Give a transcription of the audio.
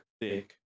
Dick